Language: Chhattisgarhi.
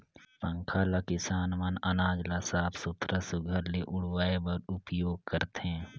पंखा ल किसान मन अनाज ल साफ सुथरा सुग्घर ले उड़वाए बर उपियोग करथे